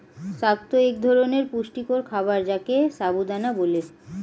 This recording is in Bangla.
সাগু এক ধরনের পুষ্টিকর খাবার যাকে সাবু দানা বলে